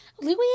Louis